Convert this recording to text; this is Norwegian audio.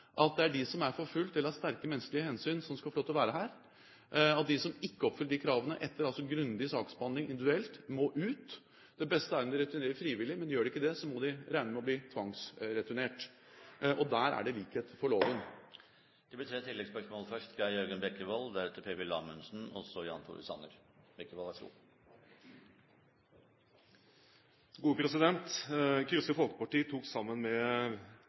at det er de som er forfulgt – eller det er sterke menneskelige hensyn – som skal få lov til å være her, og at de som ikke oppfyller de kravene etter grundig saksbehandling individuelt, må ut. Det beste er om de returnerer frivillig, men gjør de ikke det, må de regne med å bli tvangsreturnert. Der er det likhet for loven. Det blir tre oppfølgingsspørsmål – først Geir Jørgen Bekkevold.